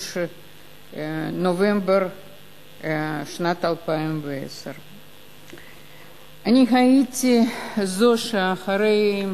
נובמבר שנת 2010. אני הייתי זו שאחרי,